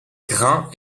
grains